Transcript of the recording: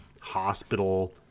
hospital